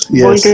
yes